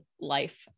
life